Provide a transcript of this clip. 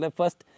first